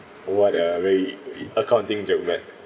what uh accounting job you get